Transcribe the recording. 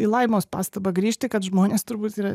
į laimos pastabą grįžti kad žmonės turbūt yra